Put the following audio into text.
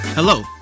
Hello